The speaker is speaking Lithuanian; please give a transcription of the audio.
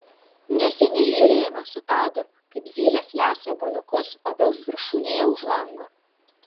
neseniai žiūrėjome su tadu kaip zylės lesa obuoliukus obels viršūnėje už lango